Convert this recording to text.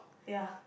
ya